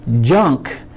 junk